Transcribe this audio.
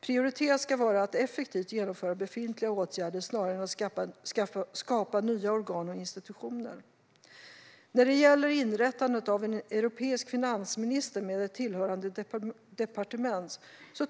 Prioriterat ska vara att effektivt genomföra befintliga åtgärder snarare än att skapa nya organ och institutioner. När det gäller inrättandet av en europeisk finansminister med ett tillhörande departement